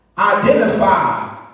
identify